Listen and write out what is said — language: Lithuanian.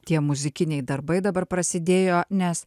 tie muzikiniai darbai dabar prasidėjo nes